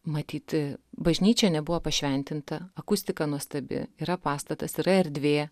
matyt bažnyčia nebuvo pašventinta akustika nuostabi yra pastatas yra erdvė